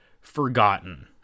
forgotten